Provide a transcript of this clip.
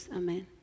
amen